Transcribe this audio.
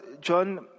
John